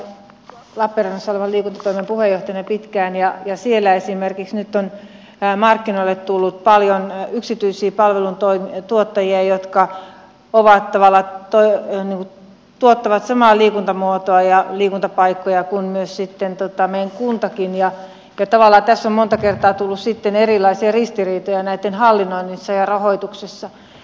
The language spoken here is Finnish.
olen itse toiminut lappeenrannan liikuntatoimen puheenjohtajana jo pitkään ja esimerkiksi siellä nyt on markkinoille tullut paljon yksityisiä palveluntuottajia jotka tuottavat samoja liikuntamuotoja ja liikuntapaikkoja kuin meidän kuntakin ja tavallaan tässä on monta kertaa tullut sitten erilaisia ristiriitoja näitten hallinnoinnissa ja rahoituksessa